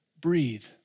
breathe